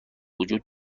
وجود